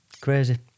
Crazy